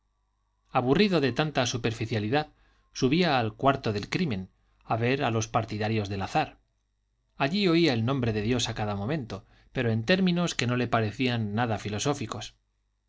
aburrido de tanta superficialidad subía al cuarto del crimen a ver a los partidarios del azar allí oía el nombre de dios a cada momento pero en términos que no le parecían nada filosóficos